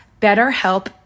BetterHelp